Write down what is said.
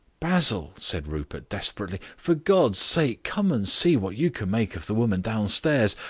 basil, said rupert desperately, for god's sake come and see what you can make of the woman downstairs.